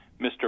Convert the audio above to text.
Mr